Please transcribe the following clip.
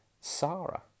Sarah